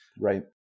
Right